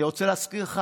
אני רוצה להזכיר לך,